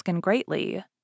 greatly